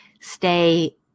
stay